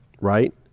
right